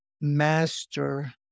master